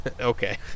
Okay